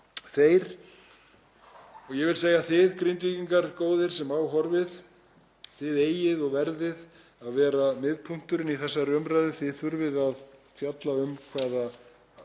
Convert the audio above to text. áfram. Ég vil segja: Þið Grindvíkingar góðir sem á horfið eigið og verðið að vera miðpunkturinn í þessari umræðu. Þið þurfið að fjalla um hvernig